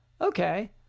Okay